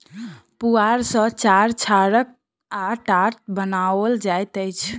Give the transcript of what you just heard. पुआर सॅ चार छाड़ल आ टाट बनाओल जाइत अछि